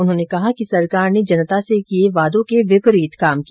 उन्होंने कहा कि सरकार ने जनता से किये वादों के विपरीत काम किया